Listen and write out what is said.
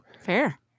fair